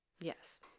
Yes